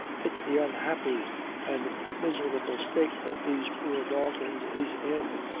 it's the unhappy an' miserable state that these poor daltons is in,